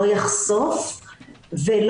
תזכיר החוק הופץ בסוף 2016. הקורונה